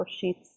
sheets